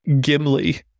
Gimli